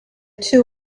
two